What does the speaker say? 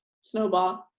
snowball